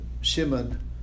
Shimon